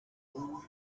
rule